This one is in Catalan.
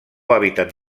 hàbitat